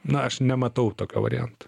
na aš nematau tokio varianto